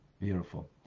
beautiful